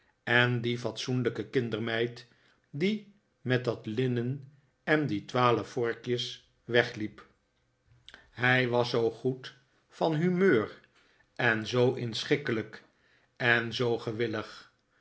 en die fatsoenlijke kindermeid die met dat linnen en die twaalf vorkjes wegliep hij was zoo goed van humeur en zoo inschikkelijk en zoo gewillig